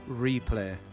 replay